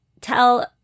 tell